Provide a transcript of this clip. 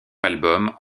albums